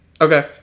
Okay